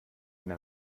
eine